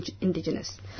indigenous